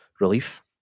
relief